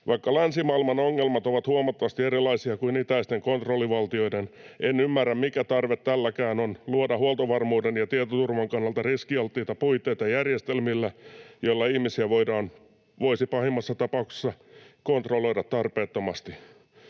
Vaikka länsimaailman ongelmat ovat huomattavasti erilaisia kuin itäisten kontrollivaltioiden, en ymmärrä, mikä tarve täälläkään on luoda huoltovarmuuden ja tietoturvan kannalta riskialttiita puitteita järjestelmille, joilla ihmisiä voisi pahimmassa tapauksessa kontrolloida tarpeettomasti.